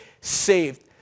saved